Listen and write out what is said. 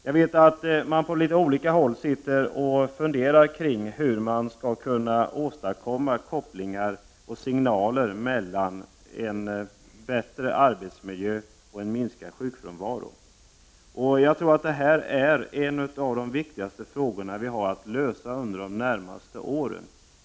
Jag vet att man på olika håll funderar kring hur man skall kunna åstad komma kopplingar och signaler mellan en bättre arbetsmiljö och en minskning av sjukfrånvaron. Jag tror att detta är en av de viktigaste frågorna vi har att lösa under de närmaste åren.